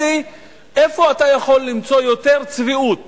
איפה אתה יכול למצוא יותר צביעות